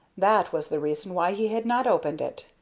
that was the reason why he had not opened it.